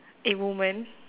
a woman